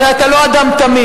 הרי אתה לא אדם תמים.